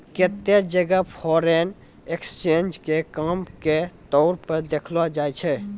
केत्तै जगह foreign exchange के काम के तौर पर देखलो जाय छै